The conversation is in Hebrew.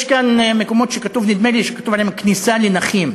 יש כאן מקומות שנדמה לי שכתוב עליהם: "כניסה לנכים",